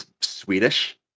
Swedish